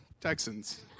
Texans